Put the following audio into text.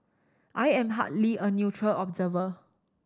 I am hardly a neutral observer